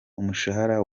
umushahara